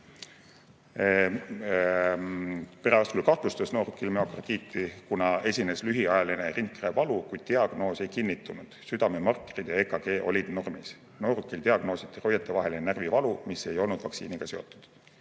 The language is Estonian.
Perearst küll kahtlustas noorukil müokardiiti, kuna esines lühiajaline rindkerevalu, kuid diagnoos ei kinnitunud, südamemarkerid ja EKG olid normis. Noorukil diagnoositi roietevaheline närvivalu, mis ei olnud vaktsiiniga